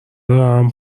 دارم